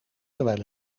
terwijl